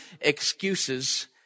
excuses